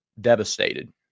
devastated